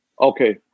Okay